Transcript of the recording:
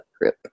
group